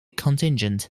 contingent